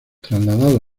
trasladado